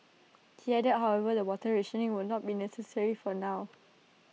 he added however that water rationing will not be necessary for now